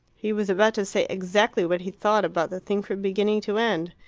he was about to say exactly what he thought about the thing from beginning to end.